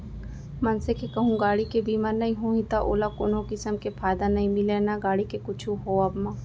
मनसे के कहूँ गाड़ी के बीमा नइ होही त ओला कोनो किसम के फायदा नइ मिलय ना गाड़ी के कुछु होवब म